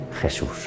Jesús